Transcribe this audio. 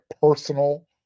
personal